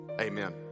Amen